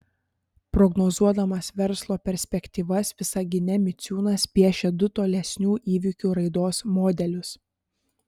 prognozuodamas verslo perspektyvas visagine miciūnas piešia du tolesnių įvykių raidos modelius